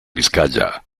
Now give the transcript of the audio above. vizcaya